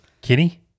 kitty